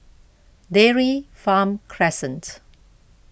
Dairy Farm Crescent